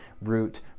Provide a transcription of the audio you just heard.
root